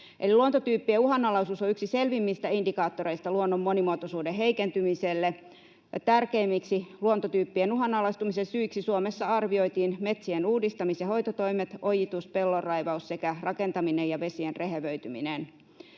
Luontotyyppien uhanalaisuus on yksi selvimmistä indikaattoreista luonnon monimuotoisuuden heikentymiselle. Tärkeimmiksi luontotyyppien uhanalaistumisen syiksi Suomessa arvioitiin metsien uudistamis- ja hoitotoimet, ojitus, pellonraivaus sekä rakentaminen ja vesien rehevöityminen.